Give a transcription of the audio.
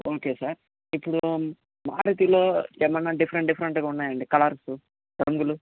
okay sir ఇప్పుడు మారుతిలో ఏమన్నా డిఫరెంట్ డిఫరెంట్గా ఉన్నాయా అండి కలర్స్ రంగులు